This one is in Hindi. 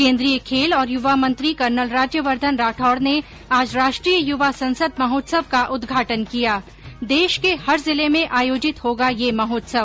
केन्द्रीय खेल और युवा मंत्री कर्नल राज्यवर्द्वन राठौड़ ने आज राष्ट्रीय युवा संसद महोत्सव का उदघाटन किया देश के हर जिले में आयोजित होगा यह महोत्सव